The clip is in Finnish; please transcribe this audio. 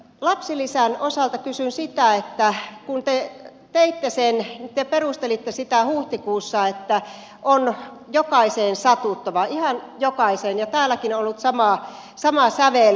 lapsilisän osalta kysyn sitä että kun te teitte sen te perustelitte sitä huhtikuussa että on jokaiseen satuttava ihan jokaiseen ja täälläkin on ollut sama sävel